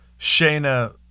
Shayna